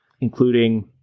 including